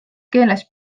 keeles